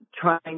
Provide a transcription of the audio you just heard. trying